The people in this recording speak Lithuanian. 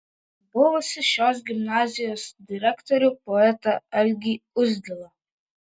buvusį šios gimnazijos direktorių poetą algį uzdilą